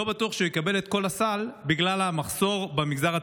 לא בטוח שהוא יקבל את כל הסל בגלל המחסור במגזר הציבורי.